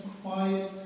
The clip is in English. quiet